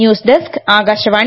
news desk Akashvani